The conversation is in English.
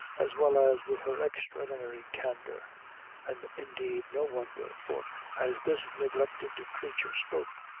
as well as with her extraordinary candor and indeed no wonder for as this neglected creature spoke,